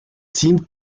seemed